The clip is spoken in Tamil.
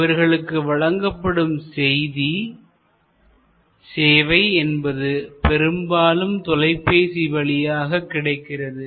இவர்களுக்கு வழங்கப்படும் செய்தி சேவை என்பது பெரும்பாலும் தொலைபேசி வழியாக கிடைக்கிறது